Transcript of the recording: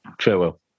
Farewell